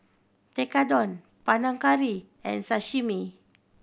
Tekkadon Panang Curry and Sashimi